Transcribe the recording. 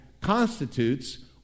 constitutes